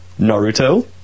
Naruto